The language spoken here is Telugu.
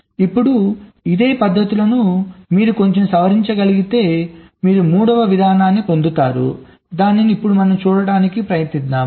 ఇప్పుడు ఇదే పద్ధతులు మీరు కొంచెం సవరించగలిగితే మీరు మూడవ విధానాన్ని పొందుతారుదానిని చూడటానికి ప్రయత్నిద్దాం